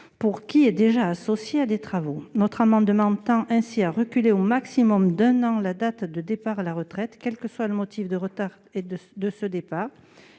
pour qui est déjà associé à des travaux ! Notre amendement tend ainsi à reculer au maximum d'un an la date de départ à la retraite, indépendamment du motif de retard de ce départ.